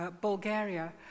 Bulgaria